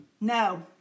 No